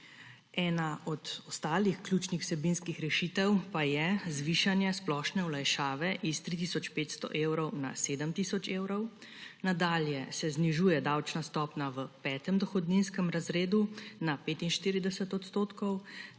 Ena od ostalih ključnih vsebinskih rešitev pa je zvišanje splošne olajšave s 3 tisoč 500 evrov na 7 tisoč evrov, nadalje se znižuje davčna stopnja v petem dohodninskem razredu na 45 odstotkov